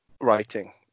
writing